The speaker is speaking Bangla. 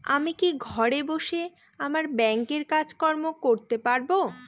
আমি কি ঘরে বসে আমার ব্যাংকের কাজকর্ম করতে পারব?